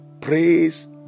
Praise